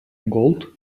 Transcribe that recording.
gold